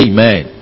Amen